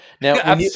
Now